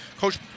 Coach